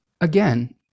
Again